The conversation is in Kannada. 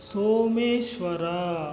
ಸೋಮೇಶ್ವರ